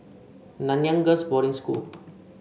Nanyang Girls' Boarding School